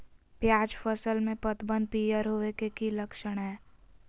प्याज फसल में पतबन पियर होवे के की लक्षण हय?